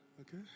okay